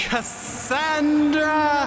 Cassandra